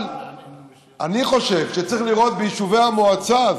אבל אני חושב שצריך לראות ביישובי המועצה,